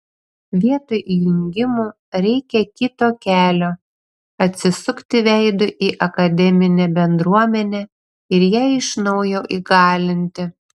vietoj jungimų reikia kito kelio atsisukti veidu į akademinę bendruomenę ir ją iš naujo įgalinti